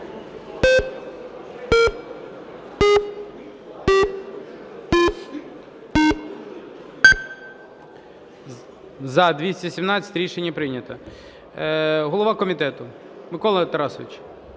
За-217 Рішення прийнято. Голова комітету,